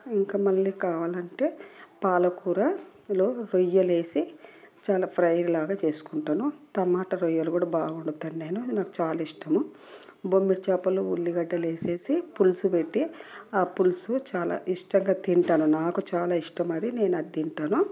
ఇంకా మళ్ళీ కావాలంటే పాల కూరలో రొయ్య లేసి చాలా ఫ్రైడ్ లాగా చేసుకుంటాను టమాటా రొయ్యలు కూడా బాగా వండుతాను నేను నాకు చాలా ఇష్టము బొమ్మిడి చాపలు ఉల్లిగడ్డ లేసేసి పులుసు పెట్టి ఆ పులుసు చాలా ఇష్టంగా తింటాను నాకు చాలా ఇష్టం అది నేను అది తింటాను